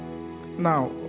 Now